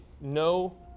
no